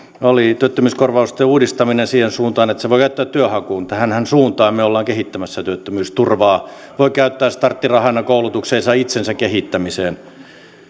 oli työttömyyskorvausten uudistaminen siihen suuntaan että sen voi käyttää työnhakuun tähänhän suuntaan me olemme kehittämässä työttömyysturvaa voi käyttää starttirahana koulutukseensa itsensä kehittämiseen